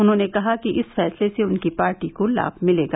उन्होंने कहा कि इस फैसले से उनकी पार्टी को लाभ मिलेगा